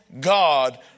God